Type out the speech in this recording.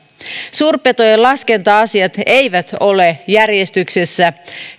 suurpetojen laskenta asiat eivät ole järjestyksessä